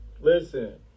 listen